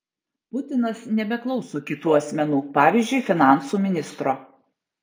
putinas nebeklauso kitų asmenų pavyzdžiui finansų ministro